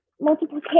multiplication